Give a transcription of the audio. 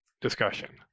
discussion